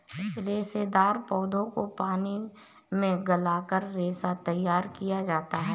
रेशेदार पौधों को पानी में गलाकर रेशा तैयार किया जाता है